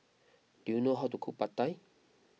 do you know how to cook Pad Thai